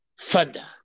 Thunder